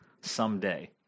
someday